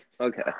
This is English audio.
Okay